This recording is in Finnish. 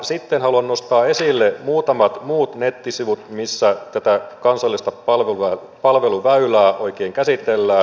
sitten haluan nostaa esille muutamat muut nettisivut missä tätä kansallista palveluväylää oikein käsitellään